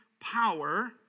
Power